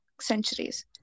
centuries